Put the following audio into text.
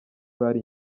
bari